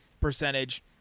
percentage